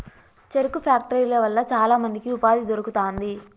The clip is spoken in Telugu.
చెరుకు ఫ్యాక్టరీల వల్ల చాల మందికి ఉపాధి దొరుకుతాంది